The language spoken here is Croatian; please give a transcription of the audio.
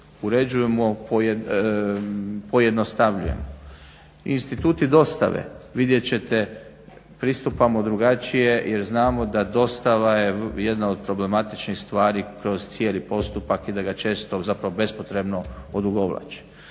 uređujemo i pojednostavljujemo. Instituti dostave, vidjet ćete pristupamo drugačije jer znamo da je dostava jedna od problematičnih stvari kroz cijeli postupak i da ga često zapravo bespotrebno odugovlači.